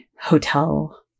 hotel